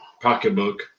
pocketbook